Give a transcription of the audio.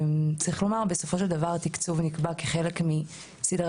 אבל צריך לומר שבסופו של דבר התקצוב נקבע בהתאם לסדרי